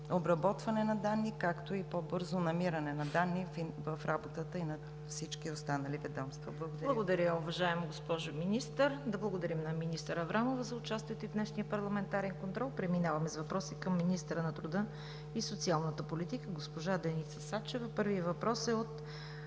обработване на данни, както и по-бързото намиране на данни в работата на всички останали ведомства. Благодаря. ПРЕДСЕДАТЕЛ ЦВЕТА КАРАЯНЧЕВА: Благодаря, уважаема госпожо Министър. Да благодарим на министър Аврамова за участието ѝ в днешния парламентарен контрол. Преминаваме с въпроси към министъра на труда и социалната политика – госпожа Деница Сачева. Първият въпрос е от